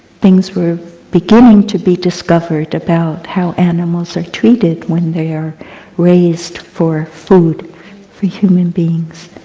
things were beginning to be discovered about how animals are treated when they are raised for food for human beings.